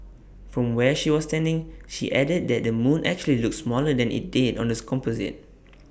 from where she was standing she added that the moon actually looked smaller than IT did on the composite